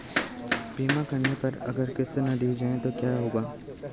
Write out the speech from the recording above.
बीमा करने पर अगर किश्त ना दी जाये तो क्या होगा?